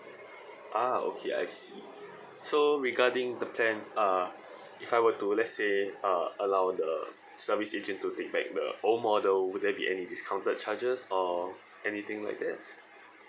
ah okay I see so regarding the plan uh if I were to let's say uh allow the service agent to take back the old model would there be any discounted charges or anything like that